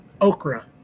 okra